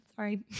Sorry